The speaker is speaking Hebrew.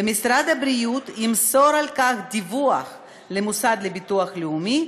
ומשרד הבריאות ימסור על כך דיווח למוסד לביטוח לאומי,